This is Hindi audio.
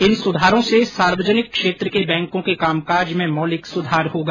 इन सुधारों से सार्वजनिक क्षेत्र के बैंकों के काम काज में मौलिक सुधार होगा